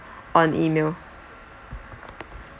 on email